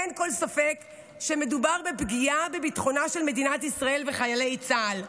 אין כל ספק שמדובר בפגיעה בביטחונם של מדינת ישראל וחיילי צה"ל.